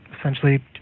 essentially